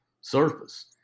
surface